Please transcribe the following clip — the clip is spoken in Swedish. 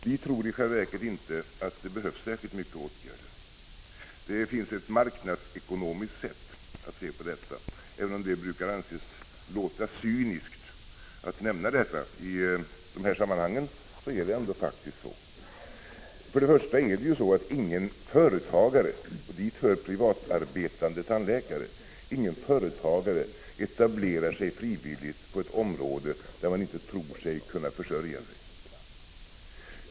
Vi tror i själva verket inte att det behövs särskilt omfattande åtgärder. Det finns ett marknadsekonomiskt sätt att se på det här. Även om det brukar anses cyniskt att nämna detta i sådana här sammanhang, är det faktiskt så. Först och främst är det ju så att ingen företagare — och dit hör privatarbetande tandläkare — frivilligt etablerar sig i ett område där man inte tror sig kunna försörja sig.